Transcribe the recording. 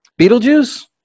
Beetlejuice